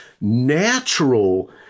natural